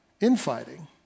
infighting